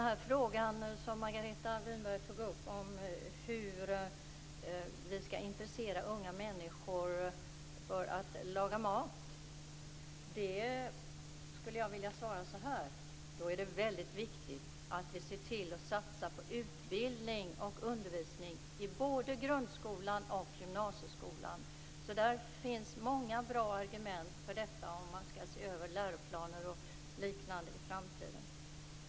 Fru talman! Margareta Winberg tog upp frågan om hur vi skall intressera unga människor för att laga mat. Det är väldigt viktigt att man satsar på utbildning och undervisning i både grundskolan och gymnasieskolan. Det finns många bra argument för att se över läroplaner och liknande i framtiden.